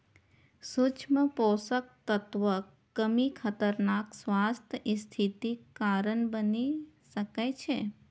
सूक्ष्म पोषक तत्वक कमी खतरनाक स्वास्थ्य स्थितिक कारण बनि सकै छै